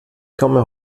komme